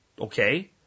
okay